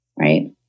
right